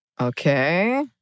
Okay